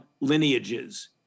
lineages